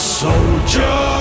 soldier